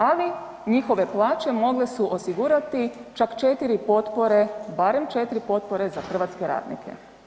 Ali njihove plaće mogle su osigurati čak 4 potpore, barem 4 potpore za hrvatske radnike.